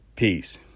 peace